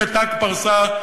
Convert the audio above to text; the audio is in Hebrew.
כת"ק פרסה,